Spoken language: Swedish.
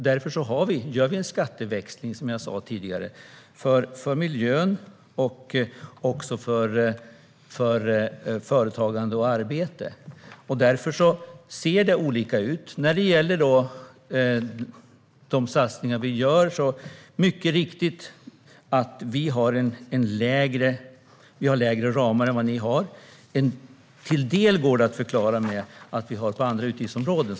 Därför gör vi en skatteväxling för miljön, för företagande och för arbete. Det är anledningen till att det ser olika ut. När det gäller de satsningar som vi gör är det mycket riktigt att vi har lägre ramar än vad ni har. Till en del går det att förklara med att vi använder andra utgiftsområden.